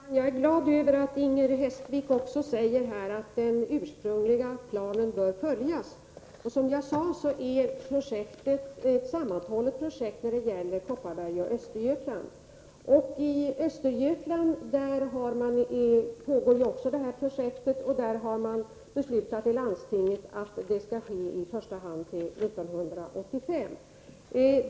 Herr talman! Jag är glad över att Inger Hestvik säger att den ursprungliga planen bör följas. Som jag sade är projektet i Kopparbergs län och projektet i Östergötlands län ett sammanhållet projekt. I Östergötland pågår projektet också, och där har man i landstinget beslutat att det skall pågå i första hand till 1985.